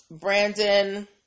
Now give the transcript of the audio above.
Brandon